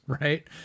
Right